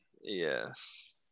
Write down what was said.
Yes